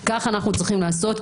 כך אנחנו צריכים לעשות,